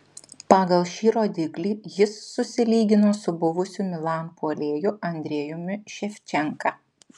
pagal šį rodiklį jis susilygino su buvusiu milan puolėju andrejumi ševčenka